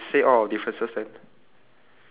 okay so you want to describe again